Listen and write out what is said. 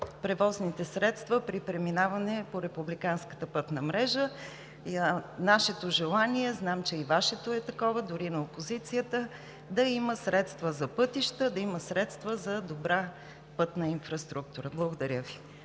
превозните средства при преминаване по републиканската пътна мрежа. Нашето желание, а знам, че е и Вашето, дори на опозицията е такова – да има средства за пътища, да има средства за добра пътна инфраструктура. Благодаря Ви.